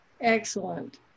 Excellent